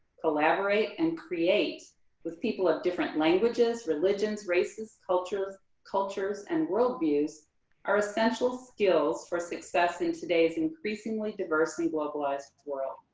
collaborate, and create with people of different languages, religions, races, cultures cultures and worldviews are essential skills for success in today's increasingly diversity and globalized world.